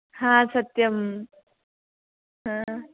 हा सत्यं हा